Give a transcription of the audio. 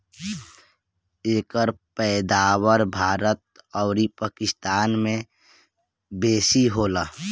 एकर पैदावार भारत अउरी पाकिस्तान में बेसी होला